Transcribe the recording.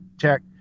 check